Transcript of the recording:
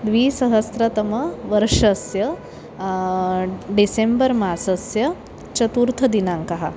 द्विसहस्रतमवर्षस्य डिसेम्बर् मासस्य चतुर्थदिनाङ्कः